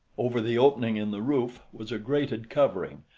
over the opening in the roof was a grated covering,